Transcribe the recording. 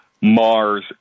Mars